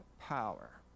power